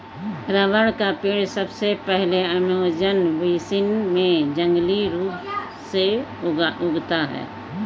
rubber का पेड़ सबसे पहले अमेज़न बेसिन में जंगली रूप से उगता था